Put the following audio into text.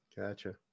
Gotcha